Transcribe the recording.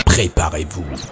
Préparez-vous